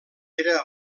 era